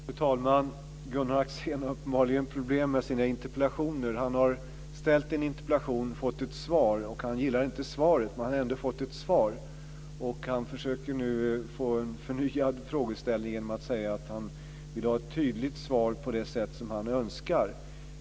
Fru talman! Gunnar Axén har uppenbarligen problem med sina interpellationer. Han har ställt en interpellation och fått ett svar. Han gillar inte svaret, men han har ändå fått ett svar. Han försöker nu får en förnyad frågeställning genom att säga att han vill ha ett tydligt svar på det sätt som han önskar.